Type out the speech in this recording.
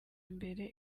imbere